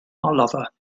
lover